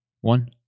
One